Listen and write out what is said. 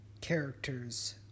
characters